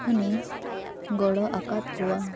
ᱛᱚᱠᱷᱚᱱᱤᱧ ᱜᱚᱲᱚ ᱟᱠᱟᱫ ᱠᱩᱣᱟ